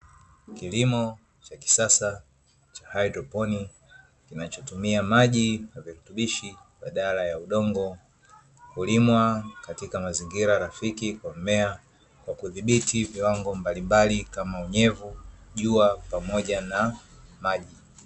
Kilimo cha kisasa cha haidroponi kinachotumia maji na virutubishi badala ya udongo, hulimwa katika mazingira rafiki kwa mmea hudhibitii viwango mbalimbali kama unyevu, jua pamoja na maji.